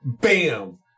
Bam